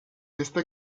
esta